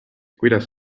kuidas